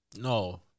no